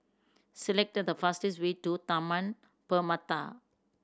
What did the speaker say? select the fastest way to Taman Permata